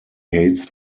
hates